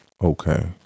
Okay